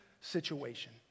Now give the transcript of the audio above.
situation